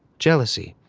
jealousy.